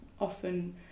often